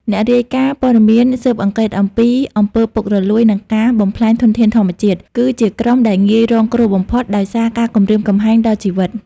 អ្នករាយការណ៍ព័ត៌មានស៊ើបអង្កេតអំពីអំពើពុករលួយ និងការបំផ្លាញធនធានធម្មជាតិ គឺជាក្រុមដែលងាយរងគ្រោះបំផុតដោយសារការគំរាមកំហែងដល់ជីវិត។